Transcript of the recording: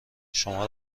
شما